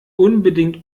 unbedingt